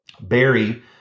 Barry